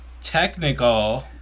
technical